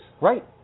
Right